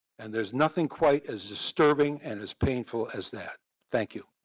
and there's nothing quite as disturbing and as painful as that, thank you.